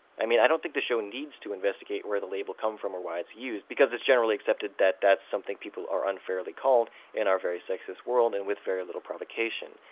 i mean, i don't think the show needs to investigate where the label comes from or why it's used, because it's generally accepted that that's something people are unfairly called in our very sexist world, and with very little provocation.